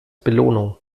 belohnung